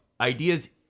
ideas